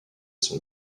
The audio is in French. son